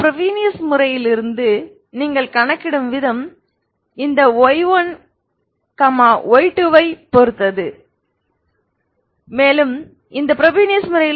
இந்த ஃப்ரோபீனியஸ் முறையிலிருந்து நீங்கள் கணக்கிடும் விதம் இந்த y1 y2